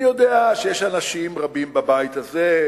אני יודע שיש אנשים רבים בבית הזה,